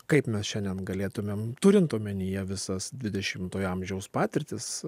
kaip mes šiandien galėtumėm turint omenyje visas dvidešimtojo amžiaus patirtis